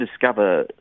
discover